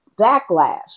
backlash